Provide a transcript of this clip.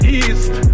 east